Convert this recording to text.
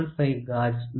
75 gauge